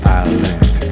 island